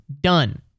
Done